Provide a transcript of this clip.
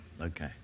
okay